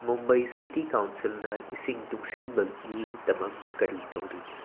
Mumbai city ꯀꯥꯎꯟꯁꯤꯜꯅ ꯏꯁꯤꯡ ꯇꯨꯡꯁꯤꯟꯕꯒꯤꯗꯃꯛ ꯀꯔꯤ ꯇꯩꯔꯤ